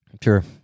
Sure